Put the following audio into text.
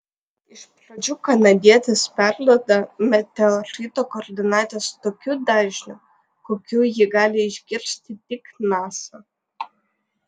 iš pradžių kanadietis perduoda meteorito koordinates tokiu dažniu kokiu jį gali išgirsti tik nasa